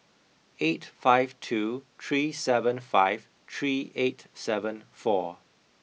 eight five two three seven five three eight seven four